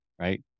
right